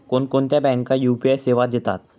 कोणकोणत्या बँका यू.पी.आय सेवा देतात?